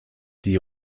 die